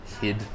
hid